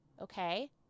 Okay